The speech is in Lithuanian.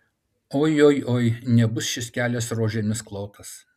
oi oi oi nebus šis kelias rožėmis klotas